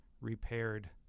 repaired